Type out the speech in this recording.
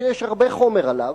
שיש הרבה חומר עליו,